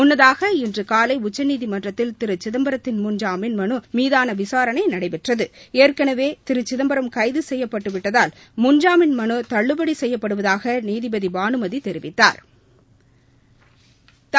முன்னதாக இன்று காலை உச்சநீதிமன்றத்தில் திரு சிதம்பரத்தின் முன் ஜாமீன் மனு மீதான விசாரணை நடைபெற்றது ஏற்கனவே திரு சிதம்பரம் கைது செய்யப்பட்டுவிட்டதால் முன்ஜாமீன் மலு தள்ளுபடி செய்யப்படுவதாக நீதிபதி பானுமதி தெரிவித்தாா்